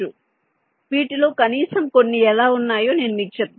కాబట్టి వీటిలో కనీసం కొన్ని ఎలా ఉన్నాయో నేను మీకు చెప్తాను